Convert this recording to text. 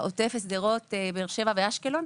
העוטף, שדרות, באר שבע ואשקלון.